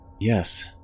yes